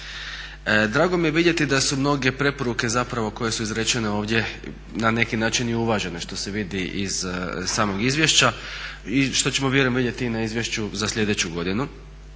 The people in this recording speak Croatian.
Drago mi je vidjeti da su mnoge preporuke zapravo koje su izrečene ovdje na neki način i uvažene što se vidi iz samog izvješća i što ćemo vjerujem vidjeti i na izvješću za sljedeću godinu,